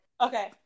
okay